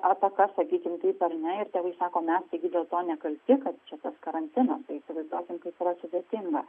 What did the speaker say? atakas sakykim taip ar ne ir tėvai sako mes irgi dėl to nekalti kad čia tas karantinas tai įsivaizduokim kaip yra sudėtinga